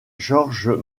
georges